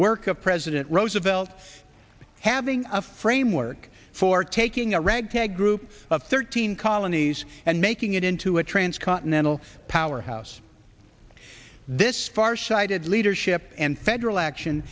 work of president roosevelt having a framework for taking a ragtag group of thirteen colonies and making it into a transcontinental powerhouse this far sighted leadership and federal action